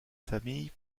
famille